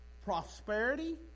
Prosperity